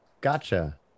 Gotcha